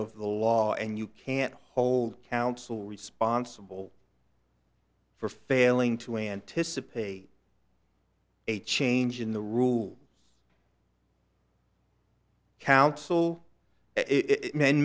of the law and you can't hold counsel responsible for failing to anticipate a change in the rules counsel